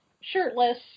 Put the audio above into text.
Shirtless